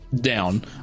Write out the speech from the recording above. down